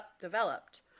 developed